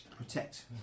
Protect